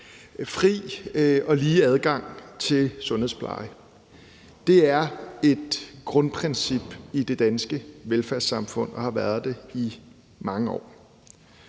Fri og lige adgang til sundhedspleje er et grundprincip i det danske velfærdssamfund og har været det i mange år.